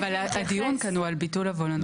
אבל הדיון כאן הוא על ביטול הוולונטריות.